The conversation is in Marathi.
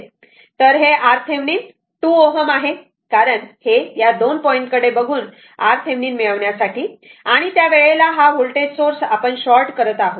तर हे हे RThevenin 2 Ω आहे कारण हे या २ पॉइंट कडे बघून RThevenin मिळवण्यासाठी आणि त्या वेळेला हा व्होल्टेज सोर्स आपण शॉर्ट करत आहोत